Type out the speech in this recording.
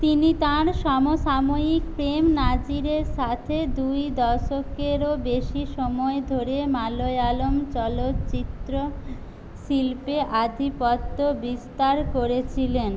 তিনি তাঁর সমসাময়িক প্রেম নাজিরের সাথে দুই দশকেরও বেশি সময় ধরে মালায়ালাম চলচ্চিত্র শিল্পে আধিপত্য বিস্তার করেছিলেন